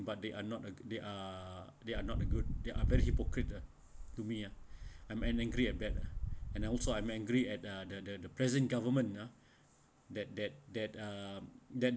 but they are not uh they are they are not a good they are very hypocrite ah to me ah I am angry at that and also I'm angry at uh the the present government ah that that that uh that